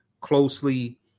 closely